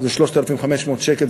זה 3,500 שקל,